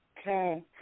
Okay